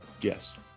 yes